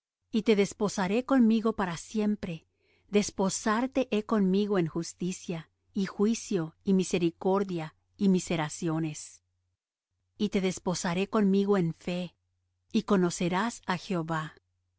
y te desposaré conmigo para siempre desposarte he conmigo en justicia y juicio y misericordia y miseraciones y te desposaré conmigo en fe y conocerás á jehová y